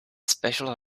special